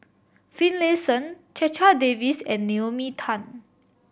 Finlayson Checha Davies and Naomi Tan